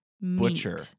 butcher